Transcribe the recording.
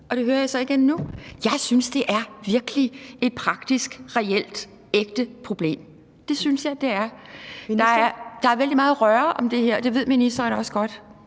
og det hører jeg så igen nu. Jeg synes, det er et virkeligt, praktisk, reelt, ægte problem. Det synes jeg det er. Der er vældig meget røre om det her, og det ved ministeren også godt.